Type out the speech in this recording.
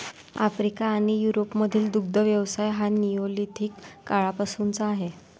Africa आणि युरोपमधील दुग्ध व्यवसाय हा निओलिथिक काळापासूनचा आहे